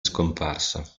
scomparsa